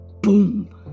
boom